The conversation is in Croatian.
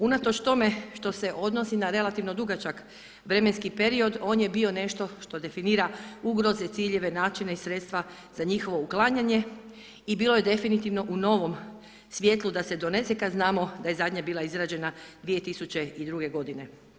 Unatoč tome što se odnosi na relativno dugačak vremenski period, on je bio nešto što definira ugroze, ciljeve, načine i sredstva za njihovo uklanjanje i bilo je definitivno u novom svjetlu da se donese kada znamo da je zadnja bila izrađena 2002. godine.